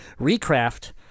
recraft